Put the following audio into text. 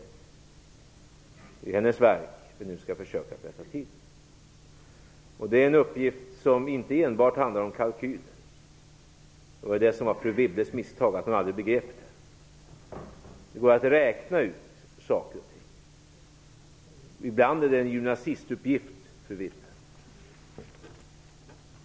Det är hennes verk som vi nu skall försöka rätta till. Det är en uppgift som inte enbart handlar om kalkyler. Fru Wibbles misstag var att hon aldrig begrep det. Det går att räkna ut saker och ting. Ibland är det en gymnasistuppgift, fru Wibble!